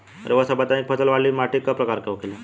रउआ सब बताई कि फसल वाली माटी क प्रकार के होला?